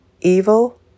evil